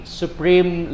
supreme